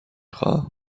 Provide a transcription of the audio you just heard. خواهم